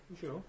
sure